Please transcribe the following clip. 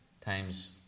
times